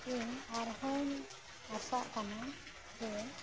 ᱤᱧ ᱟᱨᱦᱚᱸᱧ ᱟᱥᱟᱜ ᱠᱟᱱᱟ ᱡᱮ